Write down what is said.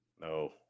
No